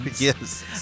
Yes